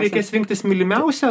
reikės rinktis mylimiausią